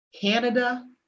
Canada